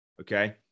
okay